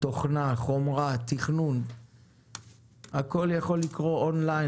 מקצוע שבו הכול יכול לקרות אונליין